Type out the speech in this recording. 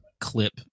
clip